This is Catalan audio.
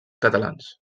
catalans